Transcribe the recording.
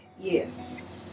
yes